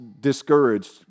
discouraged